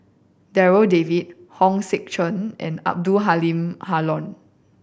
Darryl David Hong Sek Chern and Abdul Halim Haron